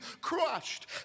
crushed